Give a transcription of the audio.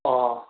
ꯑꯣ